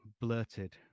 blurted